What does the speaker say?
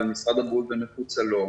למשרד הבריאות ומחוצה לו.